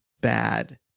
bad